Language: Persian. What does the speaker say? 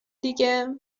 دیگه